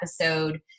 episode